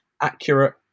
accurate